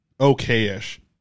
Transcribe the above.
okay-ish